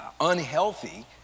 unhealthy